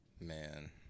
man